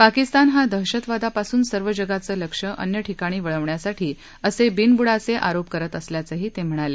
पाकिस्तान हा दहशतवादापासून सर्व जगाचं लक्ष अन्य ठिकाणी वळवण्यासाठी असे बिनबुडाचे आरोप करत असल्याचंही ते म्हणाले